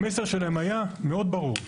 המסר שלהם היה מאוד ברור: